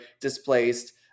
displaced